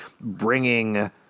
bringing –